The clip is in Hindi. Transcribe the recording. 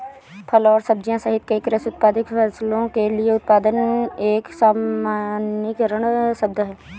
फल और सब्जियां सहित कई कृषि उत्पादित फसलों के लिए उत्पादन एक सामान्यीकृत शब्द है